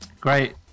Great